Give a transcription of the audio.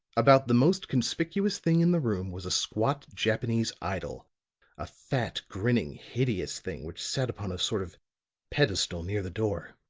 about the most conspicuous thing in the room was a squat japanese idol a fat, grinning, hideous thing which sat upon a sort of pedestal near the door.